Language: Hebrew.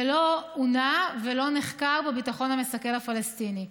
ולא עונה ולא נחקר בביטחון המסכל הפלסטיני.